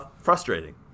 frustrating